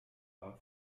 often